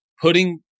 putting